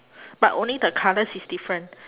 but only the colours is different